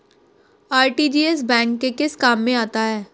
RTGS bank के किस काम में आता है?